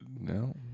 No